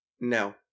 no